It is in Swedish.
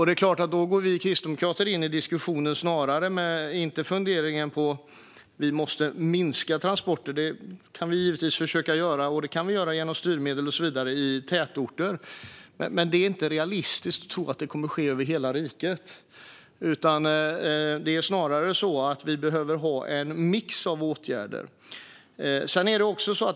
Det är klart att vi kristdemokrater då går in i diskussionen, men inte med funderingar på att vi måste minska transporterna. Det kan vi givetvis försöka göra genom styrmedel och så vidare i tätorter. Men det är inte realistiskt att tro att det kommer att ske över hela riket. Det är snarare så att vi behöver ha en mix av åtgärder. Fru talman!